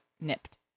nipped